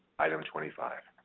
item twenty five.